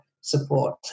support